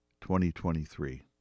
2023